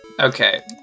Okay